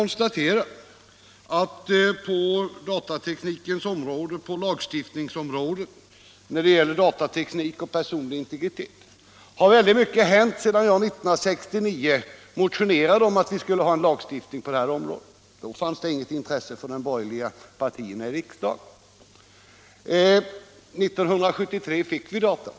När det gäller frågan om lagstiftningen angående datateknik och den personliga integriteten har mycket hänt sedan jag år 1969 motionerade om en lagstiftning på detta område. Då fanns det inget intresse härför hos de borgerliga partierna i riksdagen. År 1973 fick vi datalagen.